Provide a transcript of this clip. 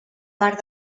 part